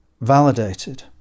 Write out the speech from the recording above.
validated